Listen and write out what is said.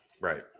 Right